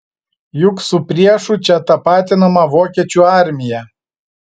juk su priešu čia tapatinama vokiečių armija